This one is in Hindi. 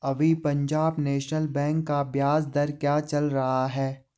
अभी पंजाब नैशनल बैंक का ब्याज दर क्या चल रहा है?